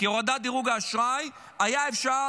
כי את הורדת דירוג האשראי היה אפשר